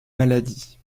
maladie